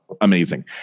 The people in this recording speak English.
Amazing